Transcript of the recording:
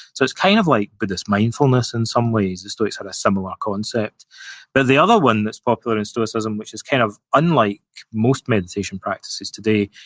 so, it's kind of like buddhist mindfulness in some ways, the stoics have a similar ah concept but the other one that's popular in stoicism, which is kind of unlike most meditation practices today,